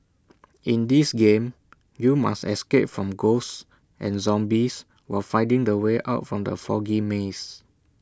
in this game you must escape from ghosts and zombies while finding the way out from the foggy maze